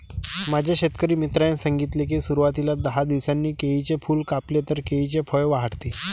माझ्या शेतकरी मित्राने सांगितले की, सुरवातीला दहा दिवसांनी केळीचे फूल कापले तर केळीचे फळ वाढते